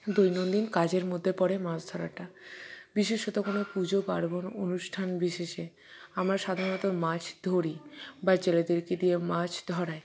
দৈনন্দিন কাজের মধ্যে পড়ে মাছ ধরাটা বিশেষত কোনও পুজো পার্বণ অনুষ্ঠান বিশেষে আমরা সাধারণত মাছ ধরি বা জেলেদেরকে দিয়ে মাছ ধরাই